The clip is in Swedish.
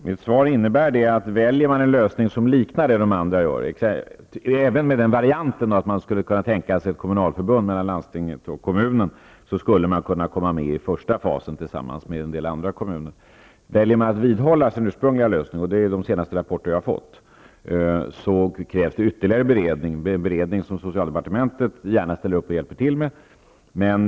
Herr talman! Mitt svar innebär att väljer man en lösning som liknar den de andra väljer, även ett kommunalförbund mellan landstinget och kommunen, skulle man kunna komma med redan i den första fasen tillsammans med andra kommuner. Men väljer man att vidhålla sina ursprungliga lösning -- det tyder de senaste rapporter som jag har fått på -- krävs ytterligare beredning, som socialdepartementet gärna hjälper till med.